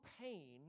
pain